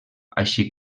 així